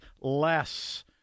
less